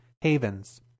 havens